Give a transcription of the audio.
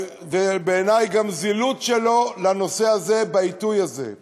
ובעיני גם זילות שלו לנושא הזה בעיתוי הזה.